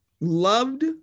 Loved